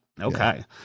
okay